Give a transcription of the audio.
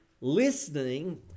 listening